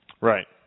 Right